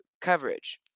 coverage